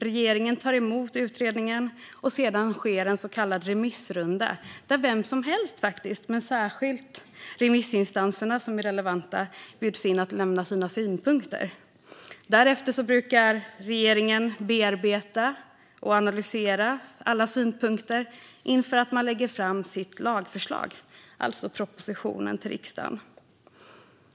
Regeringen tar emot utredningen, och sedan sker en så kallad remissrunda där vem som helst, men särskilt de relevanta remissinstanserna, bjuds in att lämna sina synpunkter. Därefter brukar regeringen bearbeta och analysera alla synpunkter inför att man lägger fram sitt lagförslag, alltså propositionen, till riksdagen.